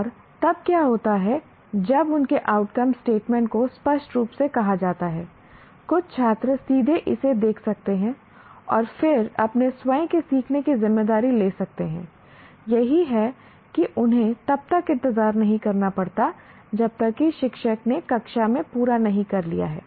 और तब क्या होता है जब उनके आउटकम स्टेटमेंट को स्पष्ट रूप से कहा जाता है कुछ छात्र सीधे इसे देख सकते हैं और फिर अपने स्वयं के सीखने की जिम्मेदारी ले सकते हैं यही है कि उन्हें तब तक इंतजार नहीं करना पड़ता जब तक कि शिक्षक ने कक्षा में पूरा नहीं कर लिया हो